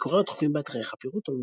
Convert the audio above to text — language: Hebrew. בביקוריה התכופים באתרי חפירות,